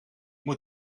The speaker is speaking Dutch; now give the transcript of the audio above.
moet